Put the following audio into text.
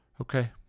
Okay